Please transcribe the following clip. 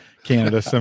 canada